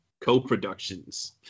co-productions